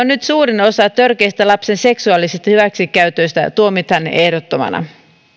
nyt suurin osa törkeistä lapsen seksuaalisista hyväksikäytöistä tuomitaan ehdottomana